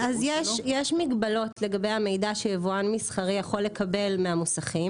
יש מגבלות לגבי המידע שיבואן מסחרי יכול לקבל מהמוסכים.